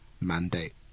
mandate